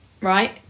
Right